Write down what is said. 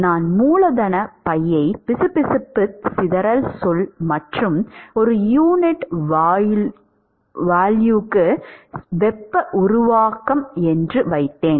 நான் மூலதன ஃபையை பிசுபிசுப்புச் சிதறல் சொல் மற்றும் ஒரு யூனிட் வால்யூமுக்கு வெப்ப உருவாக்கம் என்று வைத்தேன்